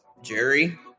Jerry